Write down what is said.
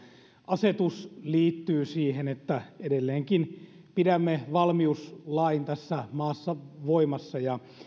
asetus liittyy siihen että edelleenkin pidämme valmiuslain tässä maassa voimassa